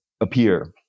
appear